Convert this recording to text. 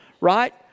right